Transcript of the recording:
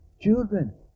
Children